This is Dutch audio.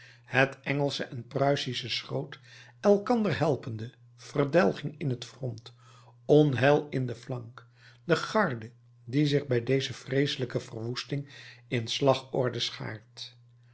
het engelsche en pruisische schroot elkander helpende verdelging in het front onheil in den flank de garde die zich bij deze vreeselijke verwoesting in slagorde